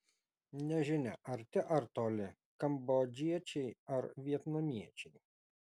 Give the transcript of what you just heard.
nežinia arti ar toli kambodžiečiai ar vietnamiečiai